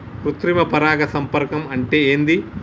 కృత్రిమ పరాగ సంపర్కం అంటే ఏంది?